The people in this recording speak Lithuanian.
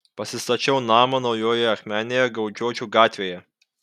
pasistačiau namą naujojoje akmenėje gaudžiočių gatvėje